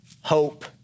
hope